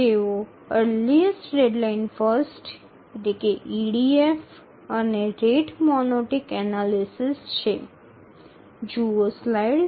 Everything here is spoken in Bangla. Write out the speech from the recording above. এগুলি হল আর্লিয়েস্ত ডেডলাইন ফার্স্ট এবং রেট মনোটনিক বিশ্লেষণ